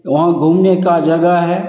वहाँ घूमने की जगह है